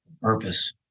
Purpose